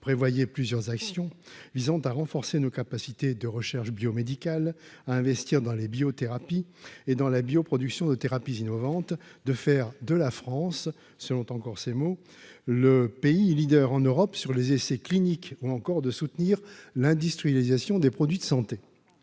prévoyez plusieurs actions visant à renforcer nos capacités de recherche biomédicale à investir dans les biothérapies et dans la bioproduction de thérapies innovantes de faire de la France, selon encore ces mots le pays leader en Europe sur les essais cliniques ou encore de soutenir l'industrialisation des produits de santé